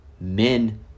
men